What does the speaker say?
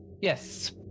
Yes